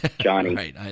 Johnny